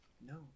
no